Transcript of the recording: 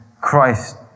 Christ